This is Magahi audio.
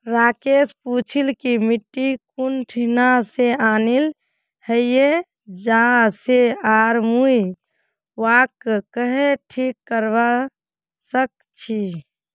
राकेश पूछिल् कि मिट्टी कुठिन से आनिल हैये जा से आर मुई वहाक् कँहे ठीक करवा सक छि